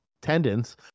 tendons